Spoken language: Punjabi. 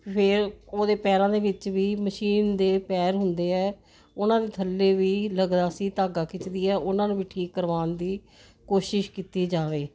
ਫਿਰ ਉਹਦੇ ਪੈਰਾਂ ਦੇ ਵਿੱਚ ਵੀ ਮਸ਼ੀਨ ਦੇ ਪੈਰ ਹੁੰਦੇ ਐ ਉਹਨਾਂ ਦੇ ਥੱਲੇ ਵੀ ਲਗਦਾ ਸੀ ਧਾਗਾ ਖਿੱਚਦੀ ਹ ਉਹਨਾਂ ਨੂੰ ਵੀ ਠੀਕ ਕਰਵਾਉਣ ਦੀ ਕੋਸ਼ਿਸ਼ ਕੀਤੀ ਜਾਵੇ